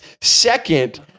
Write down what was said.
second